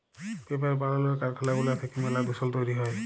paper বালালর কারখালা গুলা থ্যাইকে ম্যালা দুষল তৈরি হ্যয়